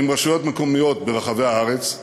עם רשויות מקומיות ברחבי הארץ,